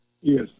Yes